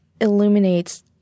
illuminates